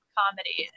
comedy